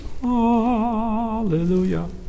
Hallelujah